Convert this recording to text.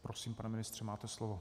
Prosím, pane ministře, máte slovo.